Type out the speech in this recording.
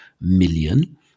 million